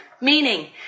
Meaning